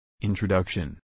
Introduction